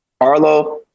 Arlo